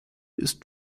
ist